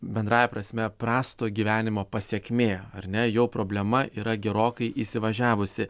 bendrąja prasme prasto gyvenimo pasekmė ar ne jau problema yra gerokai įsivažiavusi